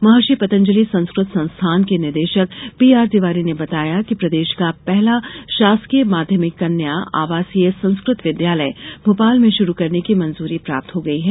महर्षि पतंजलि संस्कृत संस्थान के निदेशक पीआरतिवारी ने बताया कि प्रदेश का पहला शासकीय माध्यमिक कन्या आवासीय संस्कृत विद्यालय भोपाल में शुरू करने की मंजूरी प्राप्त हो गयी है